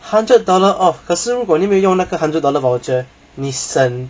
hundred dollar off 可是如果你没有用那个 hundred dollar voucher 你省